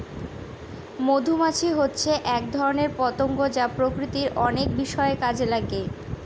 মধুমাছি হচ্ছে এক ধরনের পতঙ্গ যা প্রকৃতির অনেক বিষয়ে কাজে লাগে